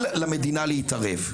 אל למדינה להתערב.